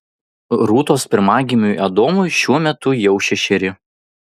rūtos pirmagimiui adomui šiuo metu jau šešeri